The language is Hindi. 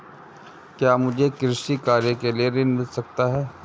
क्या मुझे कृषि कार्य के लिए ऋण मिल सकता है?